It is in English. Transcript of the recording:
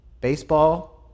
Baseball